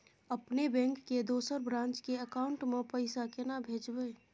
अपने बैंक के दोसर ब्रांच के अकाउंट म पैसा केना भेजबै?